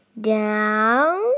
Down